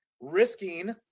risking